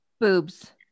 Boobs